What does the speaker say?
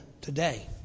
today